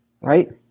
Right